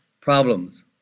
problems